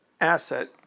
asset